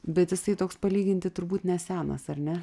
bet jisai toks palyginti turbūt nesenas ar ne